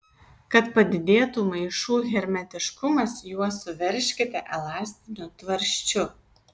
kad padidėtų maišų hermetiškumas juos suveržkite elastiniu tvarsčiu